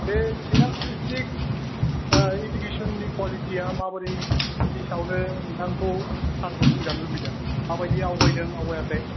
बे चिरां डिस्ट्रिक्ट इडुकेस''ननि कुवालिटिआ माबोरै बेनि सायावनो नोंथांखौ सारखौ बुंजानो लुबैदों माबायदि आवगायदों आवगायाखै